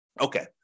Okay